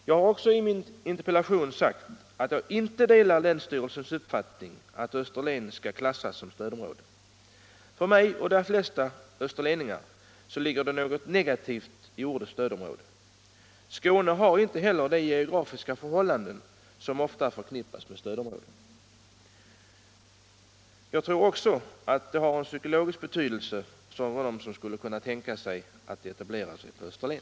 Jag har också i min interpellation sagt att jag inte delar länsstyrelsens uppfattning att Österlen skall klassas som stödområde. För mig och de allra flesta österleningar ligger det något negativt i ordet stödområde. Skåne har inte heller de geografiska förhållanden som ofta förknippas med stödområden. Jag tror också att det har en psykologisk betydelse för dem som skulle kunna ha planer på etablering på Österlen.